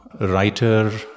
writer